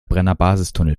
brennerbasistunnel